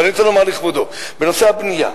אבל אני רוצה לומר לכבודו: בנושא הבנייה,